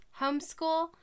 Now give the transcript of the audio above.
homeschool